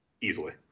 easily